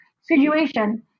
situation